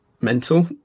mental